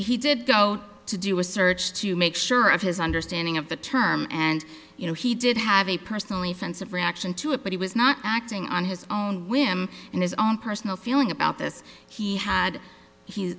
he did go to do a search to make sure of his understanding of the term and you know he did have a personally offensive reaction to it but he was not acting on his own whim and his own personal feeling about this he had h